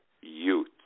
youth